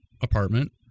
apartment